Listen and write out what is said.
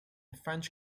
french